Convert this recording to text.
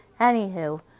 anywho